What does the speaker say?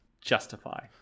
justify